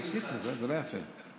תפסיקו, זה לא יפה.